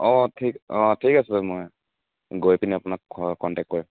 অঁ ঠিক অঁ ঠিক আছে মই গৈ পিনি আপোনাক কনটেক্ট কৰিম